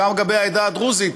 גם לגבי העדה הדרוזית.